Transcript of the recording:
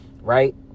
Right